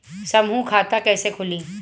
समूह खाता कैसे खुली?